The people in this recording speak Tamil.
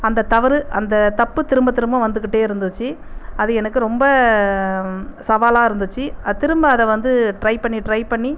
அந்த தவறு அந்த தப்பு திரும்ப திரும்ப வந்துகிட்டே இருந்துச்சு அது எனக்கு ரொம்ப சவாலாக இருந்துச்சு அது திரும்ப அதை வந்து ட்ரை பண்ணி ட்ரை பண்ணி